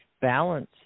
balance